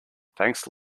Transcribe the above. thanks